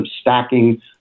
stacking